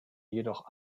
jedoch